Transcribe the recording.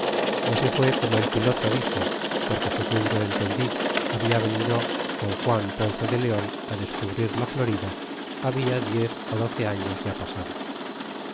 y así fué como el piloto dixo porque segun yo entendí habla venido con juan ponce de leon descubrir la florida labia diez ó doce años ya pasados